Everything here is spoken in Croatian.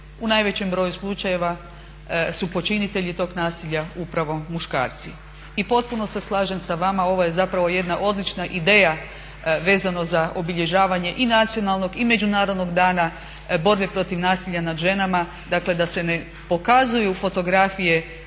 u najvećem broju slučajeva su počinitelji tog nasilja upravo muškarci i potpuno se slažem sa vama, ovo je zapravo jedna odlična ideja vezano za obilježavanje i nacionalnog i međunarodnog Dana borbe protiv nasilja nad ženama, dakle da se ne pokazuju fotografije